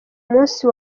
musi